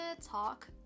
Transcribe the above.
talk